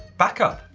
back up,